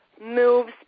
moves